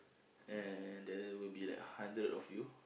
and there will be like hundred of you